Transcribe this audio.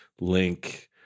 link